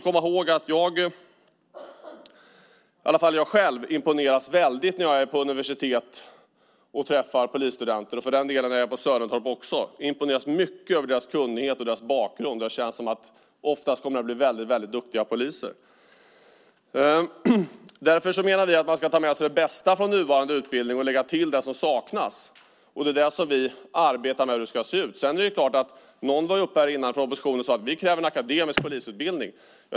Åtminstone jag imponeras mycket när jag är på universitet och träffar polisstudenter, och för den delen även när jag är på Sörentorp. Jag imponeras mycket över deras kunnighet och deras bakgrund. Det känns som om de oftast kommer att bli duktiga poliser. Därför menar vi att man ska ta med sig det bästa från nuvarande utbildning och lägga till det som saknas. Vi arbetar med hur detta ska se ut. Någon från oppositionen sade här tidigare att man kräver en akademisk polisutbildning.